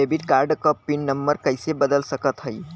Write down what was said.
Debit card क pin number कइसे बदल सकत हई?